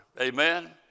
Amen